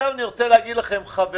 אני רוצה להגיד לחברי,